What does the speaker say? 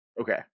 Okay